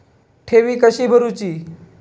ठेवी कशी भरूची?